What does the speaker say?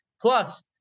Plus